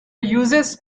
usage